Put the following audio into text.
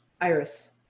Iris